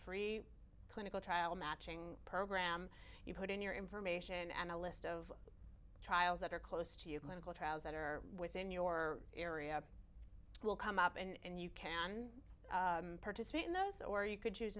free clinical trial matching program you put in your information and a list of trials that are close to your clinical trials that are within your area will come up and you can participate in those or you could choose